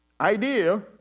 idea